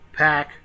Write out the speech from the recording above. pack